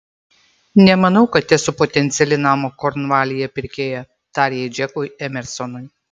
nemanau kad esu potenciali namo kornvalyje pirkėja tarė ji džekui emersonui